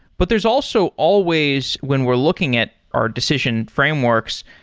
but there's also always when we're looking at our decision frameworks,